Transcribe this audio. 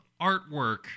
artwork